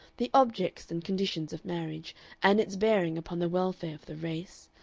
the objects and conditions of marriage and its bearing upon the welfare of the race,